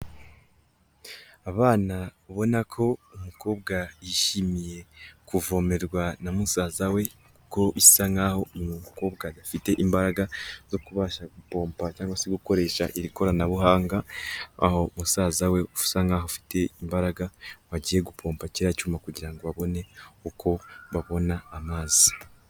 Abana ubona ko umukobwa yishimiye kuvomerwa na musaza we ko bisa nk'aho uyu mukobwa afite imbaraga zo kubasha guhombo cyangwa se gukoresha iri koranabuhanga aho musaza we usa nk'aho afite imbaraga bagiye gupompa kiriya cyuma kugira ngo babone uko babona amazi.